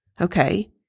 Okay